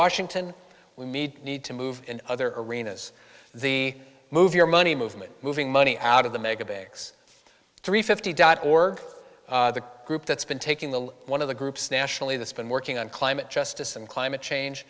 washington we need need to move in other arenas the move your money movement moving money out of the mega banks three fifty dot org the group that's been taking the one of the groups nationally that's been working on climate justice and climate change